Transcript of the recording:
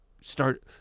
Start